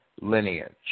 lineage